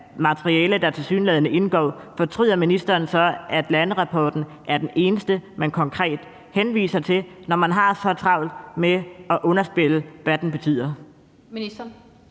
som eneste baggrundskilde, fortryder, at landerapporten er den eneste, man konkret henviser til, når man har så travlt med at underspille, hvad den betyder,